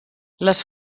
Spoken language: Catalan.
les